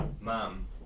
mom